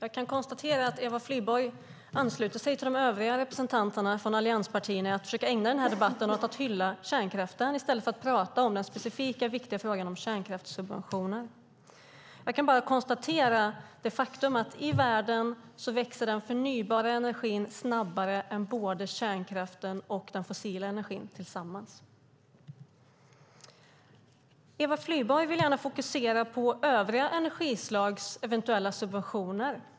Fru talman! Eva Flyborg ansluter sig till de övriga representanterna från allianspartierna och försöker ägna debatten åt att hylla kärnkraften i stället för att prata om den specifika och viktiga frågan om kärnkraftssubventioner. Jag kan konstatera att den förnybara energin i världen växer snabbare än kärnkraften och den fossila energin tillsammans. Eva Flyborg vill gärna fokusera på övriga energislags eventuella subventioner.